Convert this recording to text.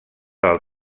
del